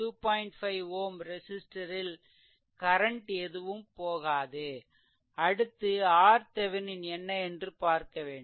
5 Ω ரெசிஸ்ட்டரில் கரன்ட் எதுவும் போகாது அடுத்து RThevenin என்ன என்று பார்க்க வேண்டும்